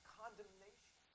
condemnation